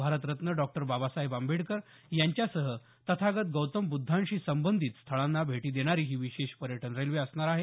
Bharat Ratna doctor Babasaheb Ambedkar यांच्यासह तथागत गौतम बुद्धांशी संबंधित स्थळांना भेटी देणारी ही विशेष पर्यटन रेल्वे असणार आहे